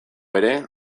ere